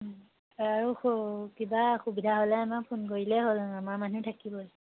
আৰু কিবা অসুবিধা হ'লে আমাক ফোন কৰিলেই হ'ল আমাৰ মানুহ থাকিবই